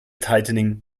tightening